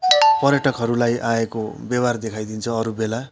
पर्यटकहरूलाई आएको व्यवहार देखाइदिन्छ अरूबेला